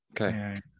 Okay